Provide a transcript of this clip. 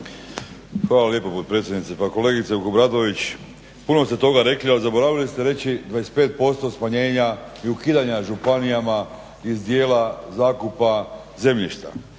Hvala lijepo potpredsjednice. Pa kolegice Vukobratović, puno ste toga rekli ali zaboravili ste reći 25% smanjenja i ukidanja županijama iz dijela zakupa zemljišta.